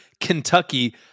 Kentucky